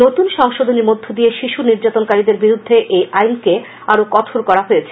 নতুন সংশোধনীর মধ্যদিয়ে শিশু নির্যাতনকারীদের বিরুদ্ধে এই আইনকে আরো কঠোর করা হয়েছে